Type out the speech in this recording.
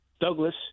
Douglas